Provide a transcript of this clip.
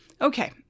Okay